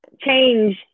change